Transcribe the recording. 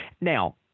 Now